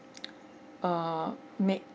err make